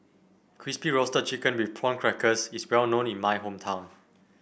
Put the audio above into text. Crispy Roasted Chicken with Prawn Crackers is well known in my hometown